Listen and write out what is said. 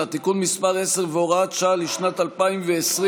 (תיקון מס' 10 והוראת שעה לשנת 2020)